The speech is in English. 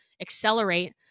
accelerate